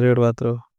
से। रेड़ बात रहा है।